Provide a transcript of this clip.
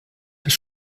des